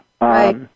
Right